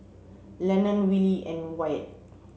Lenon Willy and Wyatt